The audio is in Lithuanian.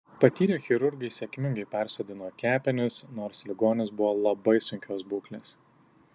patyrę chirurgai sėkmingai persodino kepenis nors ligonis buvo labai sunkios būklės